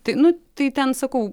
tai nu tai ten sakau